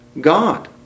God